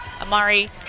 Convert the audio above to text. Amari